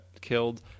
killed